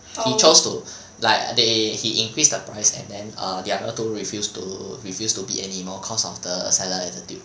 he chose to like they he increase the price and then err the other two refuse to refuse to bid animal cause of the seller attitude